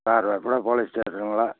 sir regular police ஸ்டேஷனுங்களா